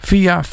Via